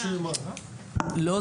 לא.